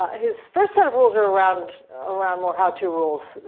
ah his first set of rules are around around more how to rules,